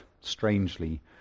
strangely